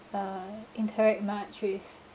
uh interact much with